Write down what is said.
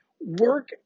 Work